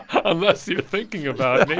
unless you're thinking about yeah